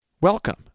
Welcome